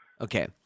okay